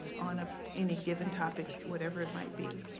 on ah any given topic, whatever it might be.